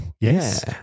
yes